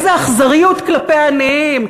איזו אכזריות כלפי העניים.